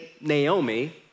Naomi